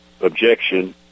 objection